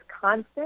constant